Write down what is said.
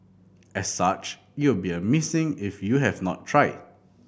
as such it will be a missing if you have not tried